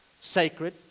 Sacred